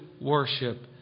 worship